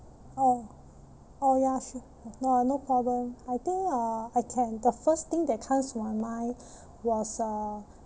oh oh ya sure no uh no problem I think uh I can the first thing that comes to my mind was uh